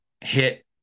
hit